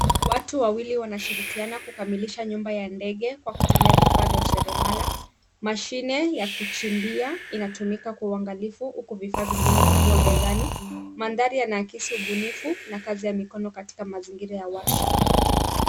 Watu wawili wanashirikiana kukamilisha nyumba ya ndege kwa kutumia vifaa vya useremala. Mashine ya kuchimbia inatumika kwa uangalifu, huku vifaa vingine vikiwa mezani. Mandhari yanaakisi ubunifu na kazi ya mikono katika mazingira ya workshop.